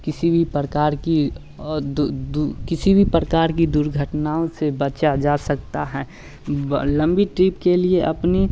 किसी भी प्रकार की अ दु दू किसी प्रकार की दुर्घटनाओं से बचा जा सकता है ब लंबी ट्रिप के लिए अपनी